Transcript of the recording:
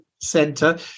center